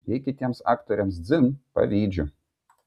jei kitiems aktoriams dzin pavydžiu